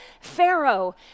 Pharaoh